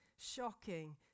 Shocking